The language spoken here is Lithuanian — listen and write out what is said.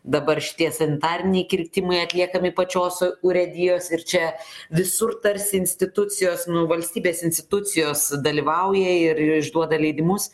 dabar šitie sanitariniai kirtimai atliekami pačios u urėdijos ir čia visur tarsi institucijos nu valstybės institucijos dalyvauja ir ir išduoda leidimus